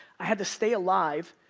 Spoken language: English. i had to stay alive.